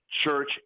Church